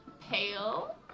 pale